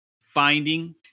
finding